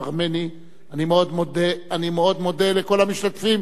אני מאוד מודה לכל המשתתפים בסעיף זה.